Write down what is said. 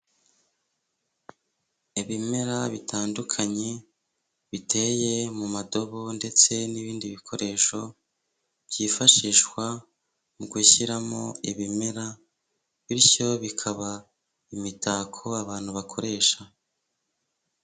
Ibimera bitandukanye biteye mu madobo, ndetse n'ibindi bikoresho byifashishwa mu gushyiramo ibimera, bityo bikaba imitako abantu bakoresha.